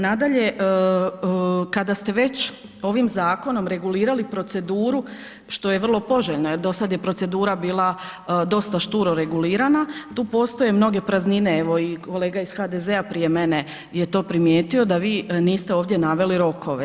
Nadalje, kada ste već ovim zakonom regulirali proceduru što je vrlo poželjno jer dosad je procedura bila dosta šturo regulirana, tu postoje mnoge praznine, evo i kolega iz HDZ-a prije mene je to primijetio, da vi niste ovdje naveli rokove.